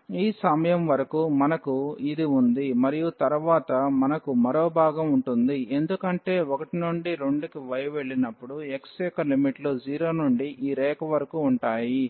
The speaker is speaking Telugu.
కాబట్టి ఈ సమయం వరకు మనకు ఇది ఉంది మరియు తరువాత మనకు మరో భాగం ఉంటుంది ఎందుకంటే 1 నుండి 2 కి y వెళ్లినప్పుడు x యొక్క లిమిట్లు 0 నుండి ఈ రేఖ వరకు ఉంటాయి